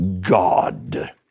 God